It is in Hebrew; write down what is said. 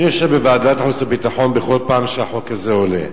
אני יושב בוועדת החוץ והביטחון בכל פעם שהחוק הזה עולה,